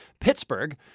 Pittsburgh